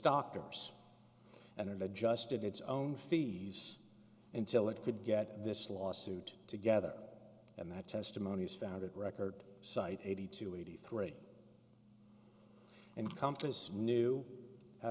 doctors and adjusted its own fees until it could get this lawsuit together and that testimony was found at record site eighty two eighty three and compass knew how